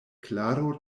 klaro